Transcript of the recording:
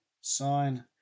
sign